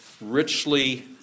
richly